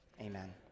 Amen